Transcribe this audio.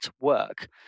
work